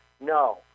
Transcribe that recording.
No